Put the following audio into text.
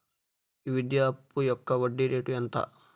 ఈ విద్యా అప్పు యొక్క వడ్డీ రేటు ఎంత?